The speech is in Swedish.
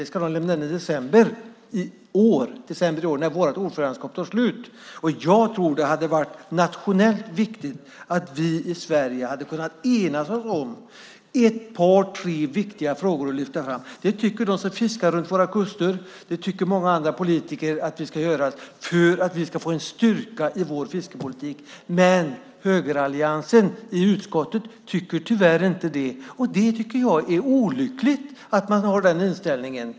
Dem ska de lämna in i december i år när vårt ordförandeskap tar slut. Jag tror att det hade varit nationellt viktigt att vi i Sverige hade kunnat enas om ett par tre viktiga frågor att lyfta fram. Det tycker de som fiskar runt våra kuster och många andra politiker att vi ska göra för att vi ska få en styrka i vår fiskepolitik, men högeralliansen i utskottet tycker tyvärr inte det. Jag tycker att det är olyckligt att man har den inställningen.